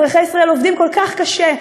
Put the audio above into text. אזרחי ישראל עובדים כל כך קשה,